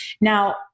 Now